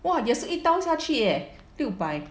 !wah! 也是一刀下去 eh 六百